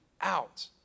out